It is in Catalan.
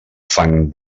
fang